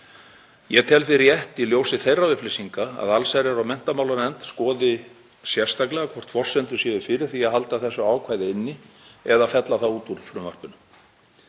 Ég tel því rétt í ljósi þeirra upplýsinga að allsherjar- og menntamálanefnd skoði sérstaklega hvort forsendur séu fyrir því að halda þessu ákvæði inni eða fella það út úr frumvarpinu.